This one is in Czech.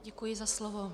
Děkuji za slovo.